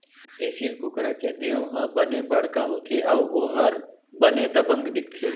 एसील कुकरा के देंव ह बने बड़का होथे अउ ओहर बने दबंग दिखथे